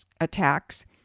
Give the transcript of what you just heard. attacks